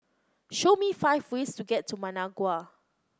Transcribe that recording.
show me five ways to get to Managua